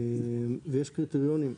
ויש קריטריונים.